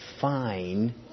fine